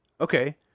Okay